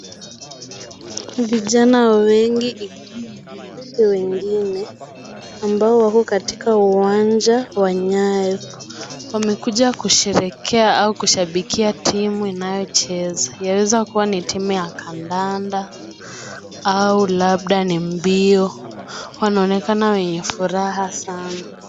Vijana wengi ikiwa wamevuta wengine ambao wa katika uwanja wa Nyayo wamekuja kusherehekea au kushabikia timu inayocheza, yawezekana ni timu ya kandanda au labda ni mbio, wanaonekana wenye furaha sana.